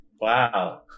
Wow